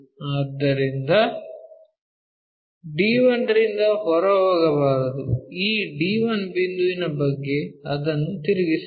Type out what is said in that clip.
ಆದ್ದರಿಂದ d1 ರಿಂದ ಹೊರಹೋಗಬಾರದು ಈ d1 ಬಿಂದುವಿನ ಬಗ್ಗೆ ಅದನ್ನು ತಿರುಗಿಸಬೇಕು